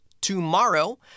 tomorrow